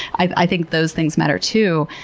i think those things matter, too.